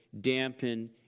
dampen